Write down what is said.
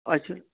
اَچھا